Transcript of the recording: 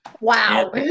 Wow